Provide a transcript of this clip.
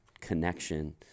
connection